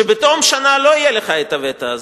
שבתום שנה לא יהיה לך הווטו הזה.